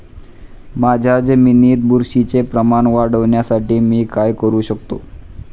माझ्या जमिनीत बुरशीचे प्रमाण वाढवण्यासाठी मी काय करू शकतो?